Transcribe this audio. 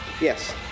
Yes